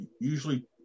usually